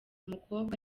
mukobwa